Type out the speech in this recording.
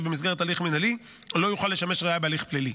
במסגרת הליך מינהלי לא יוכל לשמש ראיה בהליך פלילי.